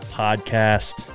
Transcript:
podcast